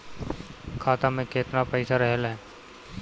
खाता में केतना पइसा रहल ह?